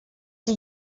die